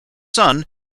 son